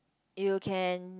you can